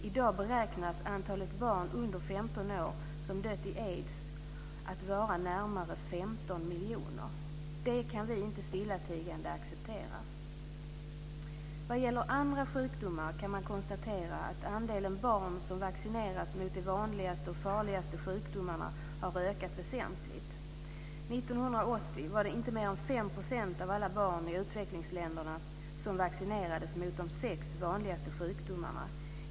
I dag beräknas antalet barn under 15 år som dött i aids vara närmare 15 miljoner. Det kan vi inte stillatigande acceptera. Vad gäller andra sjukdomar kan man konstatera att andelen barn som vaccineras mot de vanligaste och farligaste sjukdomarna har ökat väsentligt. 1980 var det inte mer än 5 % av alla barn i utvecklingsländerna som vaccinerades mot de sex vanligaste sjukdomarna.